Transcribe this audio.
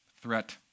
threat